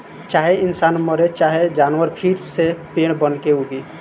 चाहे इंसान मरे चाहे जानवर फिर से पेड़ बनके उगी